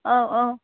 औ औ